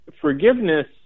forgiveness